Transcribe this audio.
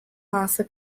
maße